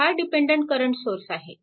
हा dependent current source आहे